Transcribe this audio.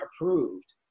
approved